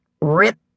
RIP